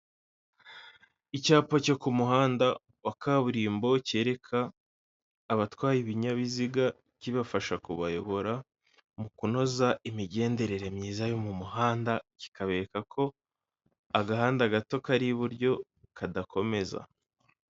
Icyapa cyo ku muhanda wa kaburimbo kereka abatwaye ibinyabiziga kibafasha kubayobora mu kunoza imigenderere myiza yo mu muhanda, kikabereka ko agahanda gato kari iburyo kadakomeza.